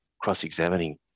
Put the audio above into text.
cross-examining